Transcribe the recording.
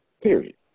period